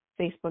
Facebook